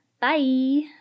bye